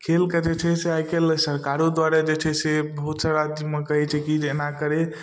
खेलके जे छै से आइकाल्हि सरकारो द्वारा जे छै से बहुत सारा अथीमे कहै छै कि जे एना करै